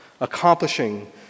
accomplishing